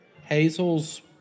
Hazel's